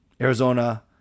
Arizona